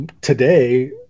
today